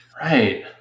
Right